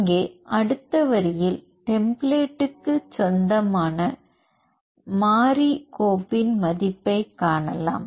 இங்கே அடுத்த வரியில் டெம்ப்ளேட் க்கு சொந்தமான மாறி கோப்பின் மதிப்பைக் காணலாம்